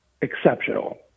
exceptional